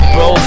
Bro